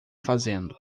fazendo